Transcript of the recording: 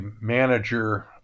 manager